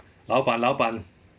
老板老板